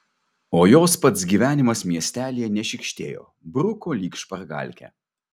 o jos pats gyvenimas miestelyje nešykštėjo bruko lyg špargalkę